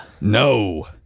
No